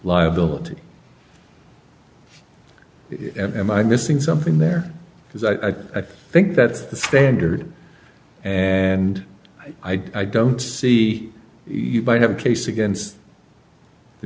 liability and i missing something there because i i think that's the standard and i don't see you might have a case against the